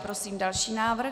Prosím další návrh.